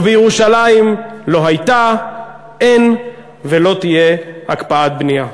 ובירושלים לא הייתה, אין ולא תהיה הקפאת בנייה.